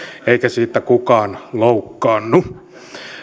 eikä siitä kukaan loukkaannu